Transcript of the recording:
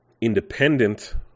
independent